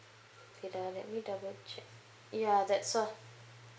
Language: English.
wait ah let me double check ya that's all